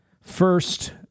first